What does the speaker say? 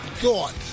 God